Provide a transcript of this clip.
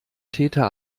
täter